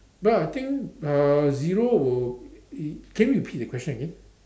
no I think uh zero will E can you repeat the question again